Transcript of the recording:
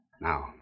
Now